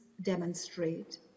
demonstrate